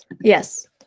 yes